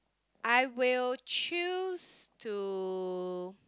I will choose to